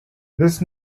this